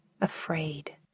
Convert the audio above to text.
afraid